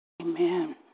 Amen